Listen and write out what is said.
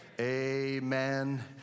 amen